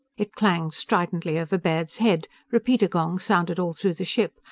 it clanged stridently over baird's head, repeater-gongs sounded all through the ship,